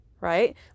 Right